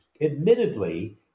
admittedly